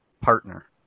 partner